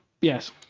Yes